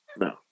no